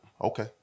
okay